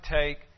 take